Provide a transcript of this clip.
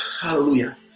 Hallelujah